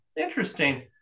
interesting